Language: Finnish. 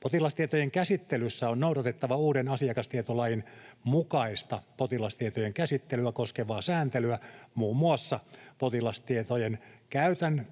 Potilastietojen käsittelyssä on noudatettava uuden asiakastietolain mukaista potilastietojen käsittelyä koskevaa sääntelyä muun muassa potilastietojen